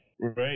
right